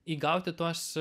įgauti tuos